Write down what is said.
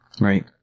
right